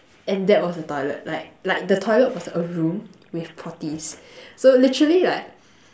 and that was the toilet like like the toilet was a room with potties so literally like